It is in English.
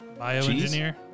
bioengineer